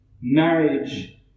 Marriage